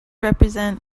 represent